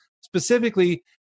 Specifically